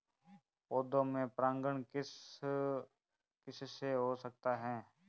पौधों में परागण किस किससे हो सकता है?